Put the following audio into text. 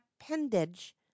appendage